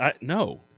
No